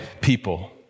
people